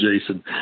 Jason